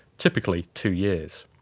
typically two years.